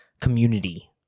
community